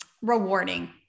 rewarding